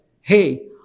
hey